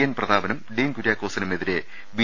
N പ്രതാപനും Dean കുര്യാക്കോസിനും എതിരെ ബി